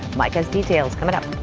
mike has details coming up.